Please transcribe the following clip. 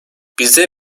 bize